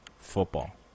football